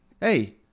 hey